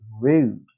rude